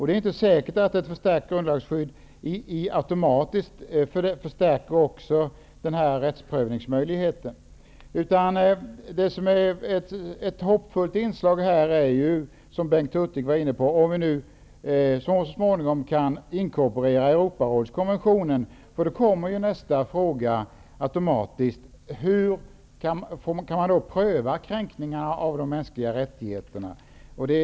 Det är inte säkert att ett förstärkt grundlagsskydd automatiskt innebär en förstärkning för rättsprövningsmöjligheten. Det som är ett hoppfullt inslag här är, som Bengt Hurtig var inne på, om vi så småningom kan inkorporera Europarådskonventionen. Nästa fråga kommer då automatiskt: Hur kan man pröva kränkningarna av de mänskliga rättigheterna?